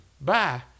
Bye